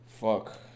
Fuck